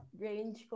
range